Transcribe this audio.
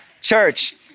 church